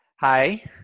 Hi